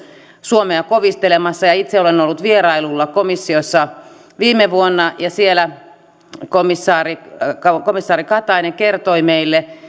suomea kovistelemassa itse olen ollut vierailulla komissiossa viime vuonna ja siellä komissaari katainen kertoi meille